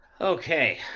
Okay